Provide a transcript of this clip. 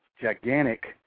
gigantic